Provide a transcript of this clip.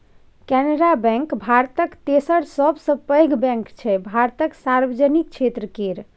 Canara bank भारतक तेसर सबसँ पैघ बैंक छै भारतक सार्वजनिक क्षेत्र केर